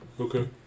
Okay